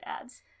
ads